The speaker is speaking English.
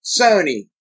Sony